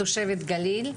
תושבת גליל,